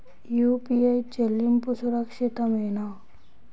UPI చెల్లింపు సురక్షితమేనా?